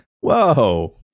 whoa